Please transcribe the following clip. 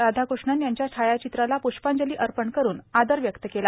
राधाकृष्णन यांच्या छायाचित्राला पृष्पांजली अर्पण करून आदर व्यक्त केला